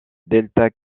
delta